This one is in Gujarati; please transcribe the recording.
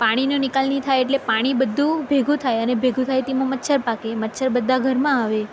પાણીનો નિકાલ નહીં થાય એટલે પાણી બધું ભેગું થાય અને તેમાં મચ્છર પાકે મચ્છર બધા ઘરમાં આવે